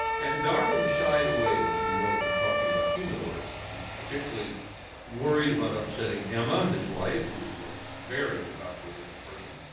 and darwin shied away, as you know, from talking about human origins. he was particularly worried about upsetting emma, his wife, who was a very devout religious person.